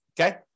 Okay